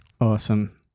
Awesome